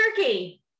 Turkey